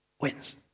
wins